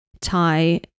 tie